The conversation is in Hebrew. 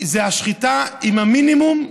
זו השחיטה עם המינימום,